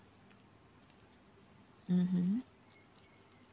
mmhmm